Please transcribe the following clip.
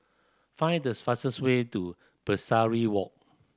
find the fastest way to Pesari Walk